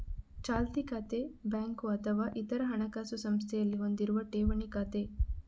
ಚಾಲ್ತಿ ಖಾತೆ ಬ್ಯಾಂಕು ಅಥವಾ ಇತರ ಹಣಕಾಸು ಸಂಸ್ಥೆಯಲ್ಲಿ ಹೊಂದಿರುವ ಠೇವಣಿ ಖಾತೆ